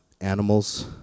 animals